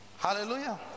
Hallelujah